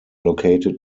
located